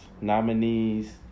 nominees